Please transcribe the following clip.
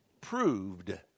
proved